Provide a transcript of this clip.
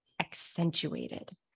accentuated